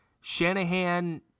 Shanahan